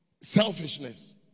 Selfishness